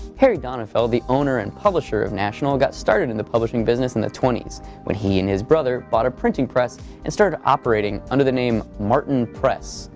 harry donenfeld, the owner and publisher of national, got started in the publishing business in the twenty s when he and his brother bought a printing press and started operating under the name martin press.